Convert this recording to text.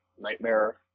Nightmare